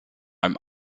einem